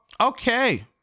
okay